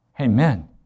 Amen